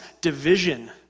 division